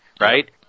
right